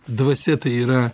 dvasia tai yra